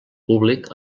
públic